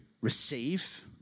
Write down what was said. receive